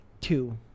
Two